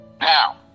Now